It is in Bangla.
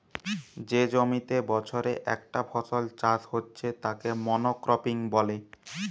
যে জমিতে বছরে একটা ফসল চাষ হচ্ছে তাকে মনোক্রপিং বলে